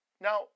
Now